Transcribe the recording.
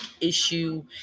issue